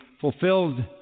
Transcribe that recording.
fulfilled